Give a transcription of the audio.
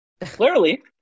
Clearly